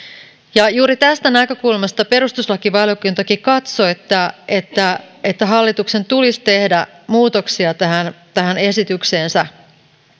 juuri tästä näkökulmasta perustuslakivaliokuntakin katsoi että että hallituksen tulisi tehdä muutoksia esitykseensä